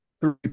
three